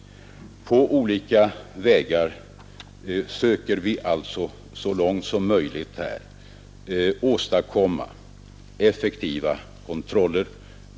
På olika vägar söker vi alltså så långt som möjligt åstadkomma effektiva kontroller.